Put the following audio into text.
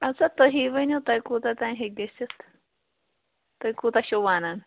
اَدٕ سا تُہی ؤنِو تۄہہِ کوٗتاہ تام ہیٚکہِ گٔژھِتھ تُہۍ کوٗتاہ چھُو وَنان